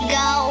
go